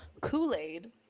kool-aid